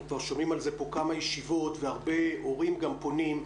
כבר שומעים על זה פה כמה ישיבות והרבה הורים גם פונים.